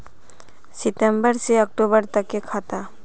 सितम्बर से अक्टूबर तक के खाता?